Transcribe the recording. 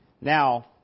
Now